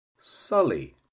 sully